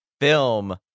film